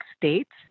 states